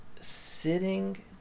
sitting